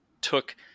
took